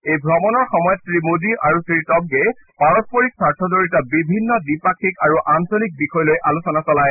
এই ভ্ৰমণৰ সময়ত শ্ৰীমোডী আৰু শ্ৰীটবগে পাৰস্পৰিক স্বাৰ্থ জৰিত বিভিন্ন দ্বিপাক্ষিক আৰু আঞ্চলিক বিষয়লৈ আলোচনা চলায়